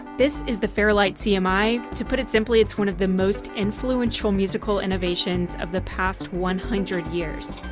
this is the fairlight cmi. to put it simply it's one of the most influential musical innovations of the past one hundred years.